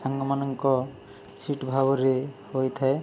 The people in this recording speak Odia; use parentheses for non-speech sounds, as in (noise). ସାଙ୍ଗମାନଙ୍କ (unintelligible) ଭାବରେ ହୋଇଥାଏ